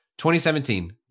2017